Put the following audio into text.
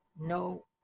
no